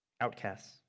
outcasts